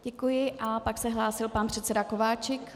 Děkuji a pak se hlásil pan předseda Kováčik.